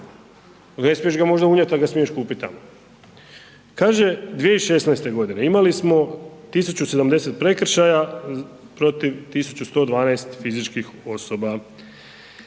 ne smiješ ga možda unijet, al ga smiješ kupit tamo. Kaže 2016.g. imali smo 1070 prekršaja protiv 1112 fizičkih osoba